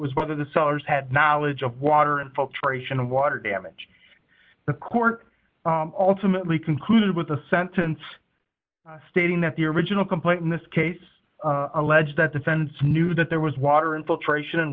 was whether the sellers had knowledge of water and folks ration of water damage the court ultimately concluded with a sentence stating that the original complaint in this case allege that defense knew that there was water infiltration